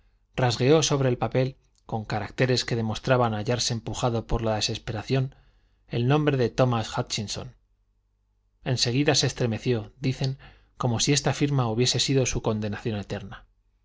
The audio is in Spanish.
rasgueó sobre el papel con caracteres que demostraban hallarse empujado por la desesperación el nombre de thomas hútchinson en seguida se estremeció dicen como si esta firma hubiera sido su condenación eterna